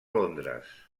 londres